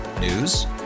News